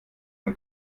von